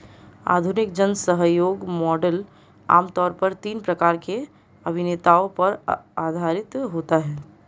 आधुनिक जनसहयोग मॉडल आम तौर पर तीन प्रकार के अभिनेताओं पर आधारित होता है